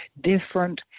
different